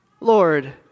Lord